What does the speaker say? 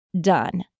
done